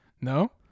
no